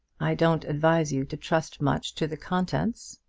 i don't advise you to trust much to the contents.